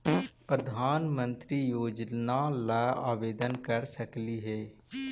प्रधानमंत्री योजना ला आवेदन कर सकली हे?